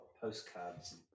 postcards